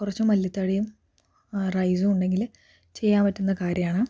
കുറച്ച് മല്ലി താഴിയും റൈസും ഉണ്ടെങ്കിൽ ചെയ്യാൻ പറ്റുന്ന കാര്യമാണ്